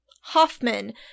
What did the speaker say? Hoffman